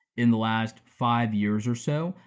in the last five years or so.